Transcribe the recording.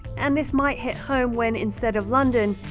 and this might hit home when, instead of london,